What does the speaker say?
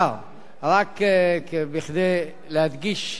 רק כדי להדגיש את העובדות,